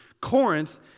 Corinth